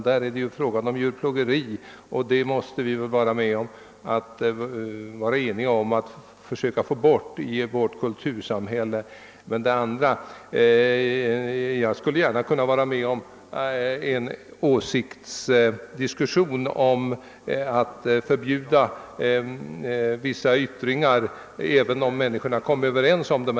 Där är det fråga om djurplågeri, något som vi väl måste vara eniga om att försöka få bort ur vårt kultursamhälle. Jag skulle gärna kunna vara med i en diskussion om att förbjuda vissa yttringar, fastän de deltagande människorna har kommit överens om att deltaga.